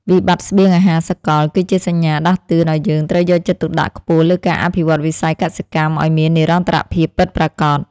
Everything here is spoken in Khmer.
វិបត្តិស្បៀងអាហារសកល គឺជាសញ្ញាដាស់តឿនឱ្យយើងត្រូវយកចិត្តទុកដាក់ខ្ពស់លើការអភិវឌ្ឍវិស័យកសិកម្មឱ្យមាននិរន្តរភាពពិតប្រាកដ។